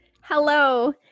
Hello